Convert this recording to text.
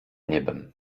niebem